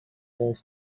pays